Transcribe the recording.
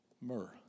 Myrrh